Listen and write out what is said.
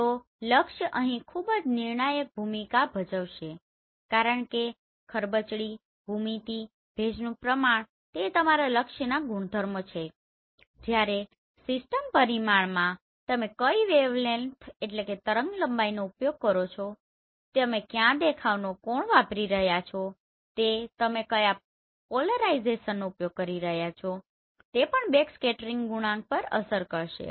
તો લક્ષ્ય અહીં ખૂબ જ નિર્ણાયક ભૂમિકા ભજવશે કારણ કે ખરબચડી ભૂમિતિ ભેજનું પ્રમાણ તે તમારા લક્ષ્યના ગુણધર્મો છે જ્યારે સિસ્ટમ પરિમાણમાં તમે કયી વેવલેન્થwavelength તરંગલંબાઇ નો ઉપયોગ કરી રહ્યાં છો તે તમે કયા દેખાવનો કોણ વાપરી રહ્યા છો તે તમે કયા પોલરાઇઝેશનનો ઉપયોગ કરી રહ્યાં છો તે પણ આ બેકસ્કેટરિંગ ગુણાંક પર અસર કરશે